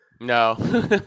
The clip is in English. No